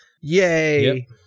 yay